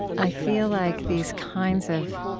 i feel like these kinds of